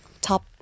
top